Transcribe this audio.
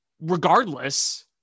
regardless